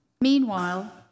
Meanwhile